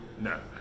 No